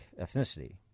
ethnicity